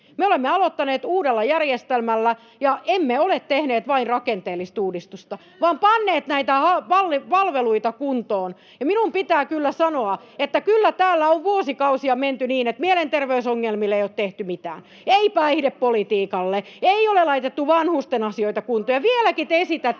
Me olemme aloittaneet uudella järjestelmällä, ja emme ole tehneet vain rakenteellista uudistusta [Sanna Antikainen: Kyllä olette!] vaan panneet näitä palveluita kuntoon. Minun pitää kyllä sanoa, että kyllä täällä on vuosikausia menty niin, että mielenterveysongelmille ei ole tehty mitään, ei päihdepolitiikalle, [Ben Zyskowicz: Onneksi ne on nyt kunnossa!] ei ole laitettu